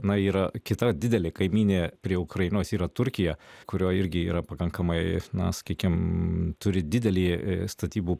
na yra kita didelė kaimynė prie ukrainos yra turkija kurioj irgi yra pakankamai na sakykim turi didelį statybų